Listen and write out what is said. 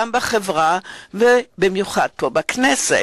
גם בחברה ובמיוחד פה בכנסת.